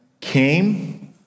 came